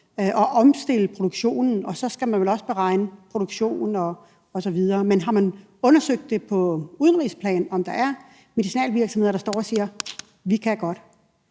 at omstille produktionen, og så skal man vel også beregne produktion osv. Men har man undersøgt på udenrigsplan, om der er medicinalvirksomheder, der står og siger: Vi kan godt?